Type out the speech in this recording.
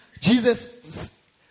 Jesus